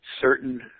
certain